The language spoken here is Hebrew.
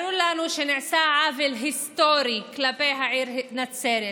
ברור לנו שנעשה עוול היסטורי כלפי העיר נצרת.